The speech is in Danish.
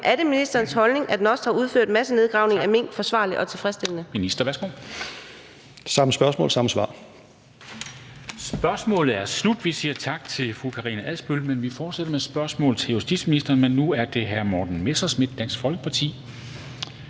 Er det ministerens holdning, at NOST har udført massenedgravningen af mink forsvarligt og tilfredsstillende?